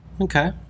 Okay